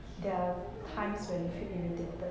there are times when irritated